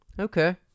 Okay